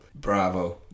Bravo